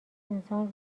انسان